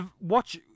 watch